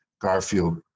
Garfield